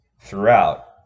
throughout